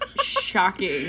shocking